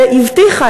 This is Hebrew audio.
והבטיחה,